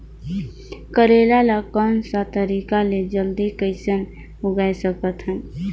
करेला ला कोन सा तरीका ले जल्दी कइसे उगाय सकथन?